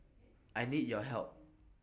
I need your help